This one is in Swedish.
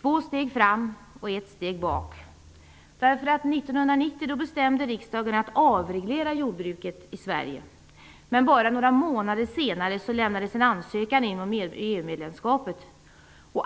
två steg fram och ett steg bak. 1990 bestämde riksdagen att avreglera jordbruket i Sverige, men bara några månader senare lämnades en ansökan om EU medlemskap in.